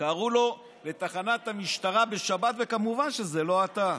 קראו לו לתחנת המשטרה בשבת, וכמובן שזה לא אתה.